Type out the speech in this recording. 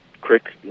Crick